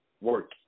work